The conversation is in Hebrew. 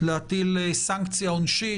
להטיל סנקציה עונשית,